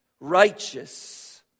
Righteous